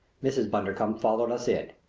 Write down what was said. mrs. bundercombe followed us in.